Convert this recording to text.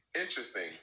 interesting